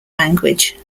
language